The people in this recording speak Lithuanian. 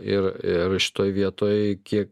ir ir šitoj vietoj kiek